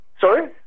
Sorry